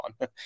on